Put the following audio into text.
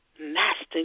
Master